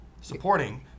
supporting